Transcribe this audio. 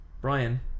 brian